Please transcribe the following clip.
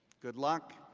good luck.